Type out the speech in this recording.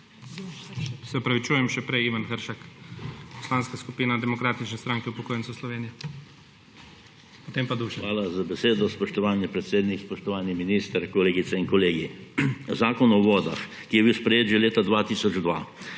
Hvala za besedo, spoštovani predsednik. Spoštovani minister, kolegice in kolegi! Zakon o vodah je bil sprejet že leta 2002